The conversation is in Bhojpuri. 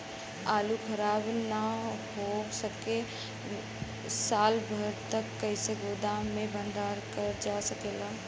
आलू खराब न हो सके साल भर तक कइसे गोदाम मे भण्डारण कर जा सकेला?